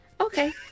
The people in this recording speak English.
Okay